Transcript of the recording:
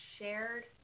shared